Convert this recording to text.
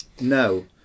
No